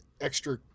extra